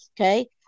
Okay